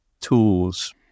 tools